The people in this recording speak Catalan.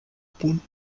punt